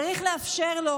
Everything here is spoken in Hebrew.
צריך לאפשר גם